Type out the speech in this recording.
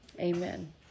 Amen